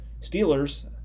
Steelers